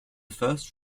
first